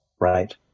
right